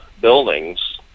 buildings